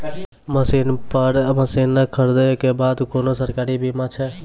Loan पर मसीनऽक खरीद के बाद कुनू सरकारी बीमा छै?